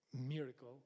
miracle